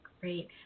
great